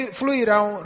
fluirão